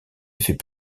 effets